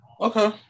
Okay